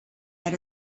that